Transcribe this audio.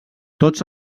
tots